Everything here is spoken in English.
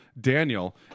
Daniel